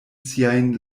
siajn